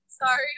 Sorry